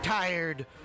tired